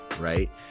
Right